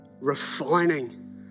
Refining